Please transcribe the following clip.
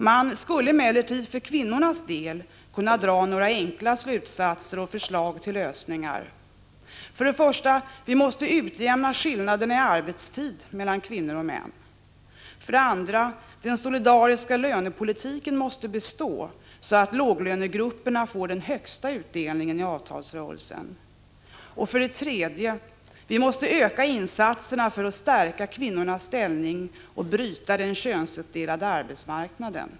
Man skulle emellertid för kvinnornas del kunna dra några enkla slutsatser och ge några förslag till lösningar: 1. Vi måste utjämna skillnaderna i arbetstid mellan kvinnor och män. 2. Den solidariska lönepolitiken måste bestå så att låglönegrupperna får den högsta utdelningen av avtalsrörelsen. 3. Vi måste öka insatserna för att stärka kvinnornas ställning och bryta den könsuppdelade arbetsmarknaden.